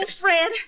Fred